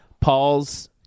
Paul's